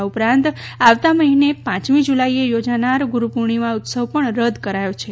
આ ઉપરાંત આવતા મહિને પાંચમી જુલાઇએ યોજાનાર ગુરુપૂર્ણિમા ઉત્સવ પણ રદ કરવામાં આવ્યો છે